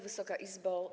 Wysoka Izbo!